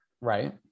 right